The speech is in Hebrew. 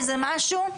איזה משהו,